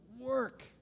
work